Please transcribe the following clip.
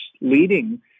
leading